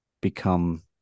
become